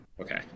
Okay